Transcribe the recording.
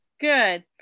Good